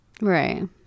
Right